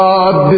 God